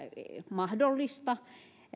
mahdollista